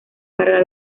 para